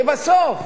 כי בסוף,